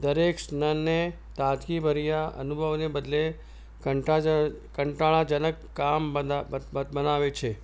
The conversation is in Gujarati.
દરેક સ્નાનને તાજગીભર્યા અનુભવને બદલે કંટાજ કંટાળાજનક કામ બના બત બનાવે છે